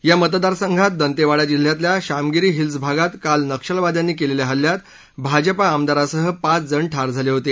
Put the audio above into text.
या मतदार संघात दंतेवाडा जिल्ह्यातल्या श्यामगिरी हिल्स भागात काल नक्षलवाद्यांनी केलेल्या हल्ल्यात भाजपा आमदारासह पाच जण ठार झाले होते